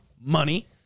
Money